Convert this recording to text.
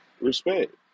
Respect